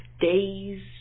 days